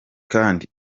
kandi